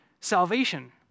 Salvation